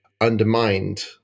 undermined